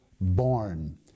born